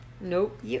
Nope